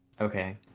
okay